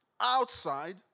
outside